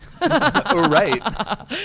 right